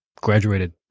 graduated